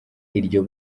iryo